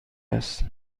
است